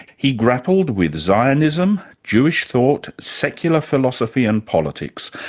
he grappled with zionism, jewish thought, secular philosophy and politics,